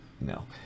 No